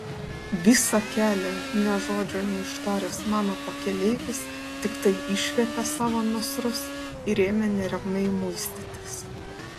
visą kelią nė žodžio neištaręs mano pakeleivis tiktai išviepė savo nasrus ir ėmė neramiai muistytis